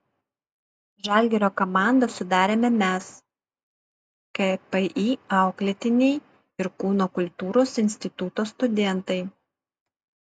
žalgirio komandą sudarėme mes kpi auklėtiniai ir kūno kultūros instituto studentai